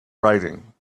writing